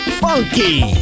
funky